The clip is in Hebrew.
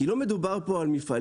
כי לא מדובר פה על מפעלים,